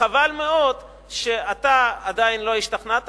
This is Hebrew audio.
וחבל מאוד שאתה עדיין לא השתכנעת.